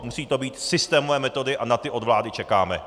Musí to být systémové metody a ty od vlády čekáme.